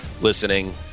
listening